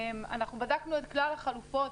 בדקנו את כלל החלופות.